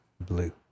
Blue